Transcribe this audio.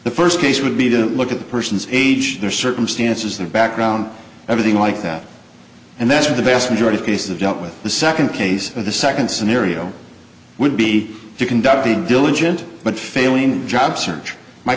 the first case would be didn't look at the person's age their circumstances their background everything like that and that's when the vast majority of cases dealt with the second case of the second scenario would be to conduct the diligent but failing job search my